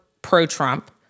pro-Trump